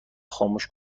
خاموش